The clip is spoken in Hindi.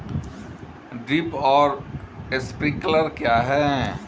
ड्रिप और स्प्रिंकलर क्या हैं?